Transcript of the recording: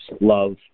Love